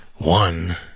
One